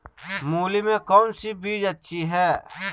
मूली में कौन सी बीज अच्छी है?